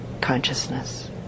consciousness